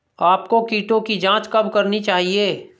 आपको कीटों की जांच कब करनी चाहिए?